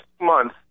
month